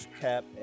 cap